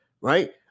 right